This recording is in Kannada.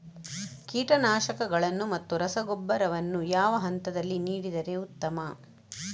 ಕೀಟನಾಶಕಗಳನ್ನು ಮತ್ತು ರಸಗೊಬ್ಬರವನ್ನು ಯಾವ ಹಂತದಲ್ಲಿ ನೀಡಿದರೆ ಉತ್ತಮ?